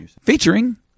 featuring